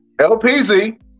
LPZ